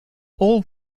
all